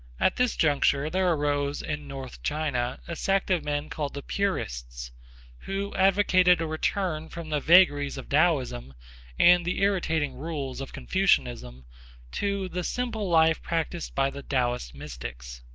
at this juncture there arose in north china a sect of men called the purists who advocated a return from the vagaries of taoism and the irritating rules of confucianism to the simple life practised by the taoist mystics.